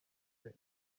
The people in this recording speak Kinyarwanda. cye